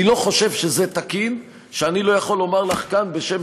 אני לא חושב שזה תקין שאני לא יכול לומר לך כאן בשם